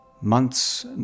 Months